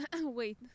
wait